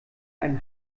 einen